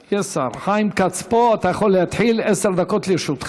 חיים כץ פה, אתה יכול להתחיל, עשר דקות לרשותך.